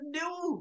new